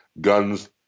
guns